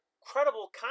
credible